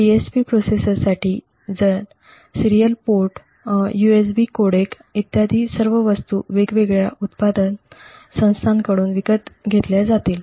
DSP प्रोसेसरसाठी जर serial port USB codec इत्यादी सर्व वस्तू वेगवेगळ्या उत्पादन संस्थांकडून विकत घेतल्या जातील